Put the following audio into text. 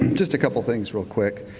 just a couple things real quick.